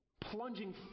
plunging